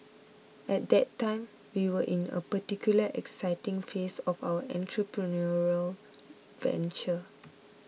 at that time we were in a particularly exciting phase of our entrepreneurial venture